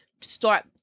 start